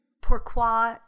Pourquoi